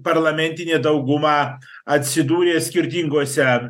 parlamentinė dauguma atsidūrė skirtinguose